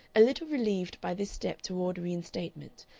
a little relieved by this step toward reinstatement,